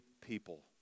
people